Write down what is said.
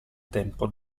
tempo